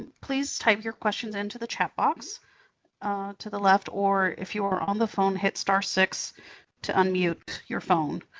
please type your questions into the chat box to the left, or if you are on the phone, hit so six to unmute your phone.